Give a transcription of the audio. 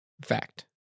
Fact